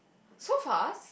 so fast